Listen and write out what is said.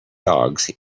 dogs